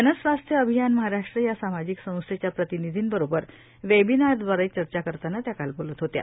जन स्वास्थ्य अभियान महाराष्ट्र या सामाजिक संस्थेच्या प्रतिनिधींबरोबर वेबिनारदवारे चर्चा करताना त्या काल बोलत होत्या